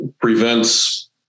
prevents